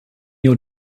your